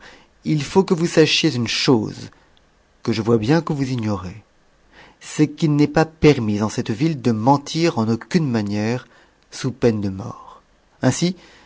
il faut que vous sachiez une chose que je vois bien que vous ignorez c'est qu'il n'est pas permis en cette ville de mentir en aucune manière sous peine de mort ainsi